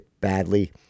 badly